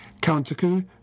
counter-coup